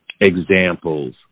examples